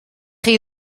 chi